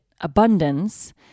abundance